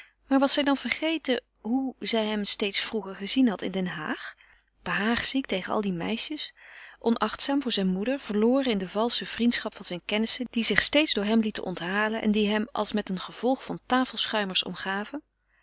maar was zij dan vergeten hoe zij hem steeds vroeger gezien had in den haag behaagziek tegen al die meisjes onachtzaam voor zijn moeder verloren in de valsche vriendschap zijner kennissen die zich steeds door hem lieten onthalen en die hem als met een gevolg van tafelschuimers omgaven